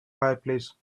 fireplace